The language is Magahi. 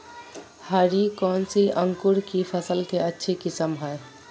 हरी कौन सी अंकुर की फसल के अच्छी किस्म है?